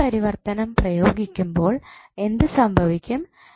സ്രോതസ്സ് പരിവർത്തനം പ്രയോഗിക്കുമ്പോൾ എന്ത് സംഭവിക്കും